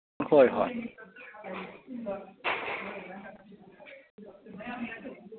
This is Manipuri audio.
ꯍꯣꯏ ꯍꯣꯏ